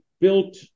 built